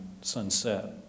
sunset